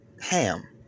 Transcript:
ham